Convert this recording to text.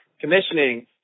commissioning